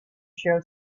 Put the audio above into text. show